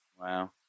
Wow